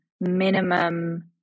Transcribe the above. minimum